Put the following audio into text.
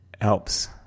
helps